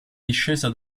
discesa